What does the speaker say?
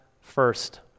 first